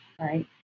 right